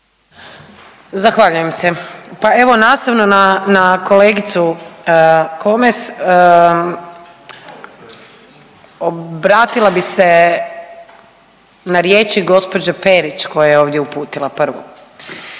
Zahvaljujem se. Pa evo nastavno na kolegicu KOmes obratila bi se na riječi gospođe Perić koju je ovdje uputila prvu.